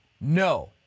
No